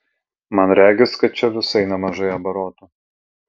man regis kad čia visai nemažai abarotų